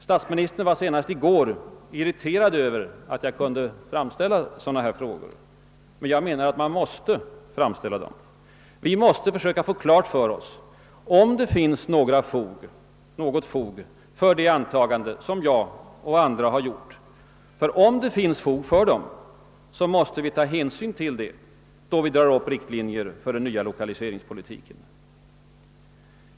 Statsministern var senast i går irriterad över att jag kunde framställa sådana här frågor. Men jag menar att man måste framställa dem. Vi måste försöka få klart för oss om det finns något fog för det antagande som jag och andra gjort. Om det finns något fog därför, måste vi nämligen ta hänsyn därtill, då vi drar upp riktlinjer för en ny lokaliseringspolitik.